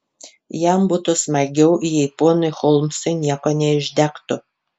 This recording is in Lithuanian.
jam būtų smagiau jei ponui holmsui nieko neišdegtų